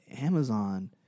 Amazon